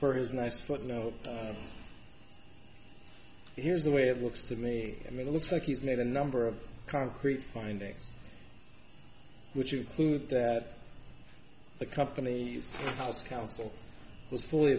for his nice footnote here's the way it looks to me i mean it looks like he's made a number of concrete findings which include that the company's house counsel was fully